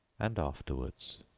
and afterwards.